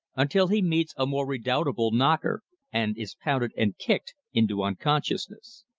until he meets a more redoubtable knocker and is pounded and kicked into unconsciousness.